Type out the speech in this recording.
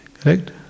Correct